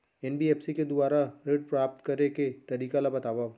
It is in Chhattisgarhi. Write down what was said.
एन.बी.एफ.सी के दुवारा ऋण प्राप्त करे के तरीका ल बतावव?